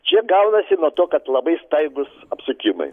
čia gaunasi nuo to kad labai staigūs apsukimai